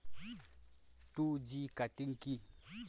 Two G cutting কি?